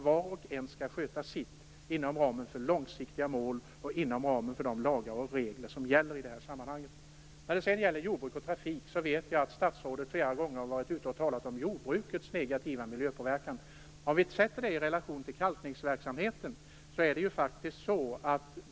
Var och en skall sköta sitt inom ramen för långsiktiga mål och inom ramen för de lagar och regler som gäller i det här sammanhanget. Statsrådet tar sedan upp jordbruket och trafiken. Jag vet att statsrådet flera gånger har talat om jordbrukets negativa miljöpåverkan. Låt oss då sätta detta i relation till kalkningsverksamheten.